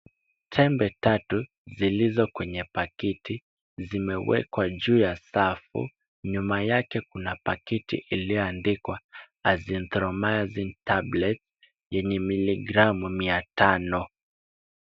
Tembe tatu zilizo kwenye pakiti zimewekwa juu ya safu, nyuma yake kuna pakiti iliyoandikwa azythromiazin tablet in miligramu 500.